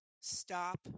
stop